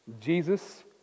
Jesus